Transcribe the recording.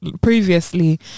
Previously